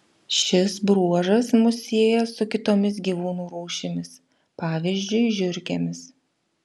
šis bruožas mus sieja su kitomis gyvūnų rūšimis pavyzdžiui žiurkėmis